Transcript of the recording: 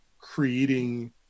creating